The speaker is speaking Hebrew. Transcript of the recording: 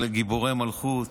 אלה גיבורי מלכות.